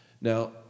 Now